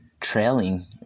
trailing